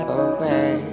away